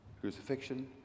Crucifixion